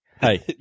Hey